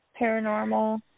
paranormal